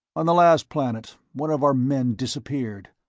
on the last planet, one of our men disappeared.